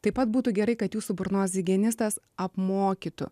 taip pat būtų gerai kad jūsų burnos higienistas apmokytų